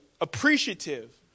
appreciative